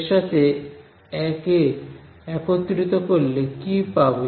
এর সাথে একে একত্রিত করলে কি পাবে